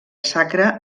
sacra